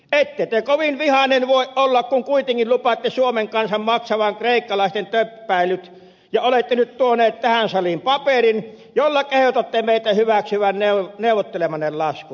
ette te kovin vihainen voi olla kun kuitenkin lupaatte suomen kansan maksavan kreikkalaisten töppäilyt ja olette nyt tuoneet tähän saliin paperin jolla kehotatte meitä hyväksymään neuvottelemanne laskun